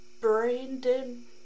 Brandon